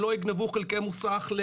שלא יגנבו חלקי מוסך.